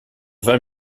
vingt